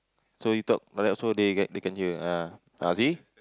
so you talk like that also they can they can hear ah ah see